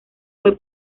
fue